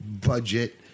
budget